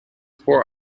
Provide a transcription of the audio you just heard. poor